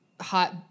hot